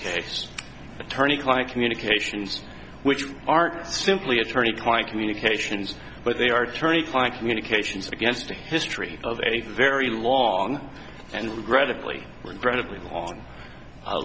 case attorney client communications which aren't simply attorney client communications but they are turning client communications against a history of a very long and regrettably regrettably long